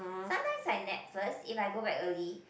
sometimes I nap first if I go back early